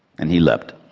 and he leapt.